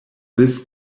this